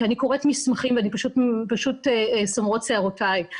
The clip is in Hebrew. כי אני קוראת מסמכים ופשוט סומרות שערותיי.